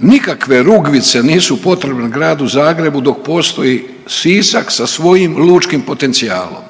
Nikakve Rugvice nisu potrebne gradu Zagrebu dok postoji Sisak sa svojim lučkim potencijalnom.